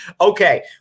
okay